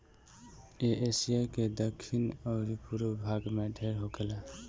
इ एशिया के दखिन अउरी पूरब भाग में ढेर होखेला